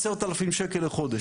10 אלף שקל לחודש,